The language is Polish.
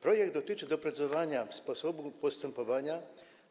Projekt dotyczy doprecyzowania sposobu postępowania